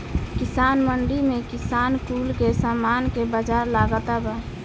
किसान मंडी में किसान कुल के सामान के बाजार लागता बा